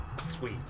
sweet